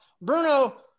Bruno